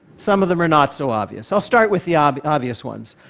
some of them are not so obvious. i'll start with the um obvious ones.